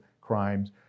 crimes